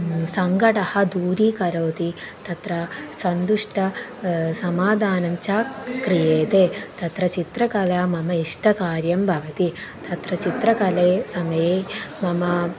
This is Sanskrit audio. सङ्कटः दूरीकरोति तत्र सन्तुष्टः समादानं च क्रियेते तत्र चित्रकला मम इष्टकार्यं भवति तत्र चित्रकला समये मम